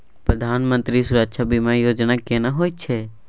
प्रधानमंत्री सुरक्षा बीमा योजना केना होय छै?